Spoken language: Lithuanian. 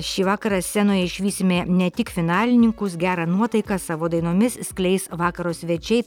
šį vakarą scenoje išvysime ne tik finalininkus gerą nuotaiką savo dainomis skleis vakaro svečiai